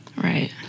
Right